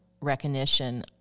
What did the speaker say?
recognition